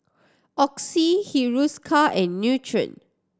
Oxy Hiruscar and Nutren